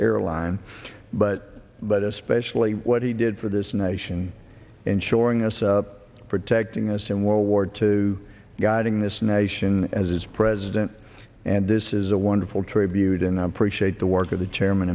airline but but especially what he did for this nation and showing us protecting us in world war two guiding this nation as president and this is a wonderful tribute in appreciate the work of the